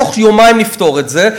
תוך יומיים נפתור את זה,